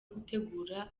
gutegura